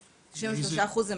ה-93%?